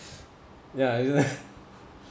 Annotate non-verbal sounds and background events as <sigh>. ya isn't it <laughs>